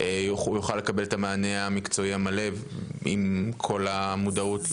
הוא יוכל לקבל את המענה המקצועי המלא עם כל המודעות לרגישויות.